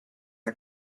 are